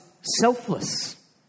selfless